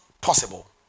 possible